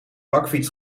bakfiets